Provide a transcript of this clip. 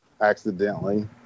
accidentally